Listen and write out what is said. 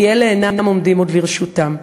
כי אלה אינם עומדים עוד לרשותם.